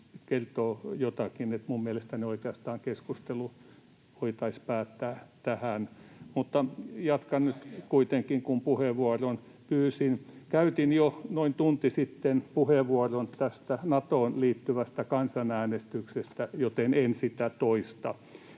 kertoo jotakin, niin että minun mielestäni oikeastaan keskustelu voitaisiin päättää tähän, mutta jatkan nyt kuitenkin, kun puheenvuoron pyysin. Käytin jo noin tunti sitten puheenvuoron tästä Natoon liittyvästä kansanäänestyksestä, joten en sitä toista.